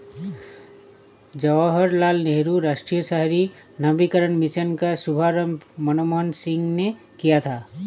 जवाहर लाल नेहरू राष्ट्रीय शहरी नवीकरण मिशन का शुभारम्भ मनमोहन सिंह ने किया था